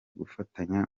gufatanya